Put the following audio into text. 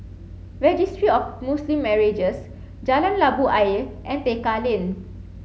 Registry of Muslim Marriages Jalan Labu Ayer and Tekka Lane